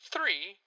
Three